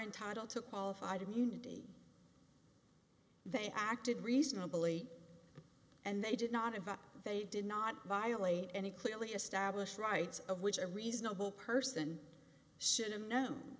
entitled to qualified immunity they acted reasonably and they did not have up they did not violate any clearly established rights of which a reasonable person should have known